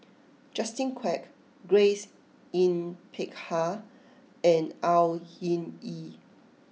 Justin Quek Grace Yin Peck Ha and Au Hing Yee